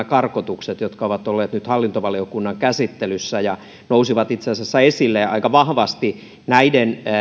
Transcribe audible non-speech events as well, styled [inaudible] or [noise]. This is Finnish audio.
[unintelligible] karkotukset jotka ovat olleet nyt hallintovaliokunnan käsittelyssä ja nousivat itse asiassa esille aika vahvasti näiden